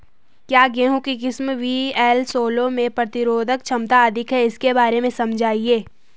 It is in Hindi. क्या गेहूँ की किस्म वी.एल सोलह में प्रतिरोधक क्षमता अधिक है इसके बारे में समझाइये?